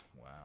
Wow